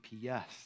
yes